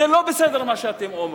זה לא בסדר מה שאתם אומרים.